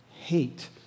hate